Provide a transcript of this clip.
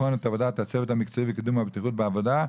לבחון את עבודת הצוות המקצועי לקידום הבטיחות בעבודה,